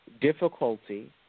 difficulty